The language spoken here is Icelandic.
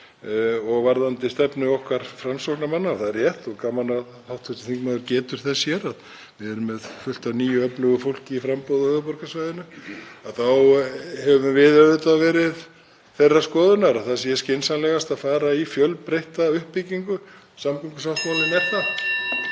Og varðandi stefnu okkar Framsóknarmanna — og það er rétt og gaman að hv. þingmaður getur þess hér að við erum með fullt af nýju, öflugu fólki í framboði á höfuðborgarsvæðinu — þá höfum við auðvitað verið þeirrar skoðunar að það sé skynsamlegast að fara í fjölbreytta uppbyggingu. Samgöngusáttmálinn er það.